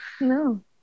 No